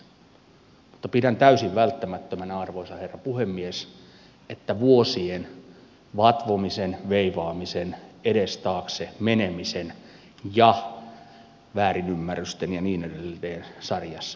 mutta pidän täysin välttämättömänä arvoisa herra puhemies että vuosien vatvomisen veivaamisen edestaakse menemisen ja väärinymmärrysten ja niin edelleen sarjassa päästään eteenpäin